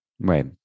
Right